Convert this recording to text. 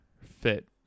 fit